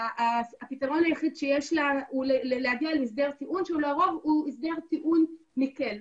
הפתרון היחיד שיש לה הוא להגיע להסדר טיעון שלרוב הוא הסדר טיעון מקל.